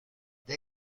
they